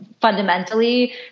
fundamentally